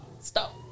Stop